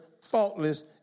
faultless